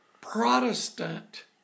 Protestant